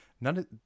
None